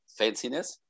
fanciness